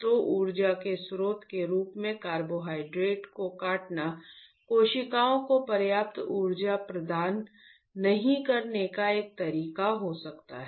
तो ऊर्जा के स्रोत के रूप में कार्बोहाइड्रेट को काटना कोशिकाओं को पर्याप्त ऊर्जा प्रदान नहीं करने का एक तरीका हो सकता है